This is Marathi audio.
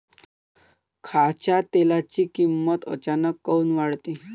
खाच्या तेलाची किमत अचानक काऊन वाढते?